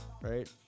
right